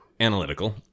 analytical